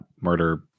murder